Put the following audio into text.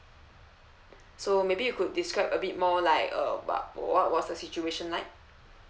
so maybe you could describe a bit more like uh about what was the situation like